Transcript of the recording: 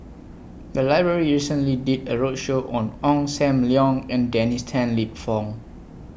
The Library recently did A roadshow on Ong SAM Leong and Dennis Tan Lip Fong